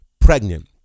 pregnant